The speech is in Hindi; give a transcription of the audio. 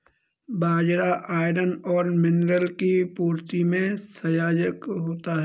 बाजरा आयरन और मिनरल की पूर्ति में सहायक होता है